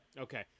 Okay